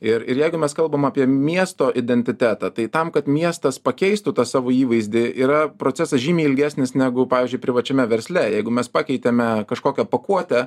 ir ir jeigu mes kalbam apie miesto identitetą tai tam kad miestas pakeistų tą savo įvaizdį yra procesas žymiai ilgesnis negu pavyzdžiui privačiame versle jeigu mes pakeitėme kažkokią pakuotę